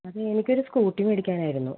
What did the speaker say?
അത് എനിക്കൊരു സ്കൂട്ടി മേടിക്കാനായിരുന്നു